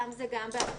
שם זה גם בהקפצות,